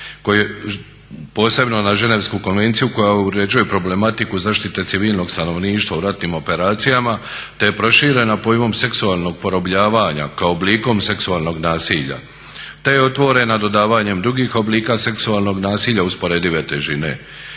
okvir, posebno na Ženevsku konvenciju koja uređuje problematiku zaštite civilnog stanovništva u ratnim operacijama te je proširena pojmom seksualnog porobljavanja kao oblikom seksualnog nasilja. Te je otvorena dodavanjem drugih oblika seksualnog nasilja usporedive težine.